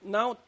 Now